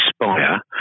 inspire